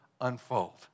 unfold